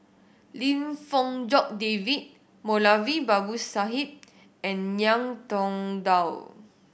Lim Fong Jock David Moulavi Babu Sahib and Ngiam Tong Dow